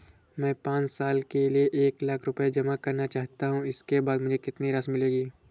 मैं पाँच साल के लिए एक लाख रूपए जमा करना चाहता हूँ इसके बाद मुझे कितनी राशि मिलेगी?